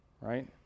right